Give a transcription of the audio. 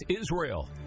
Israel